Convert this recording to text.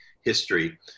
history